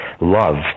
love